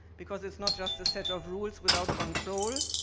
because it is not just a set of rules without control,